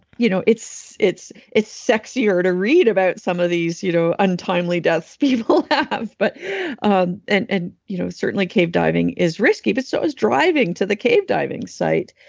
you know it's it's sexier to read about some of these you know untimely deaths people have, but um and and you know certainly cave diving is risky, but so is driving to the cave diving site.